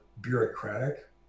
bureaucratic